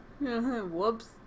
Whoops